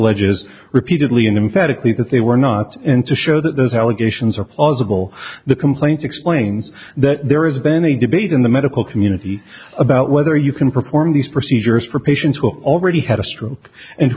alleges repeatedly and emphatically that they were not and to show that those allegations are plausible the complaint explain that there is been a debate in the medical community about whether you can perform these procedures for patients who already had a stroke and